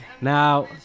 Now